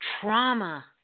trauma